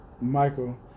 Michael